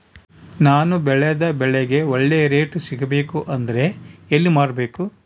ನಾನು ಬೆಳೆದ ಬೆಳೆಗೆ ಒಳ್ಳೆ ರೇಟ್ ಸಿಗಬೇಕು ಅಂದ್ರೆ ಎಲ್ಲಿ ಮಾರಬೇಕು?